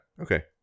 Okay